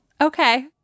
Okay